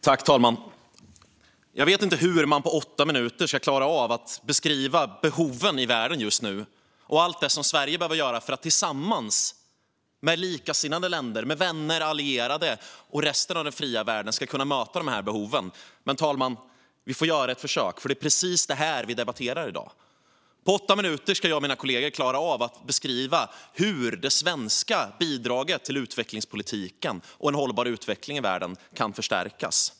Herr talman! Jag vet inte hur man på åtta minuter ska klara av att beskriva behoven i världen just nu och allt det som Sverige behöver göra tillsammans med likasinnade länder, vänner, allierade och resten av den fria världen för att kunna möta dessa behov. Men vi får göra ett försök. Det är ju precis detta vi debatterar i dag. På åtta minuter ska jag och mina kolleger klara av att beskriva hur det svenska bidraget till utvecklingspolitiken och en hållbar utveckling i världen kan förstärkas.